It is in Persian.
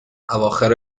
اواخر